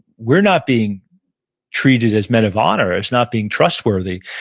we're not being treated as men of honor. it's not being trustworthy,